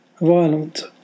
violent